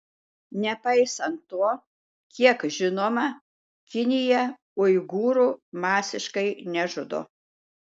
nepaisant to kiek žinoma kinija uigūrų masiškai nežudo